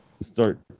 start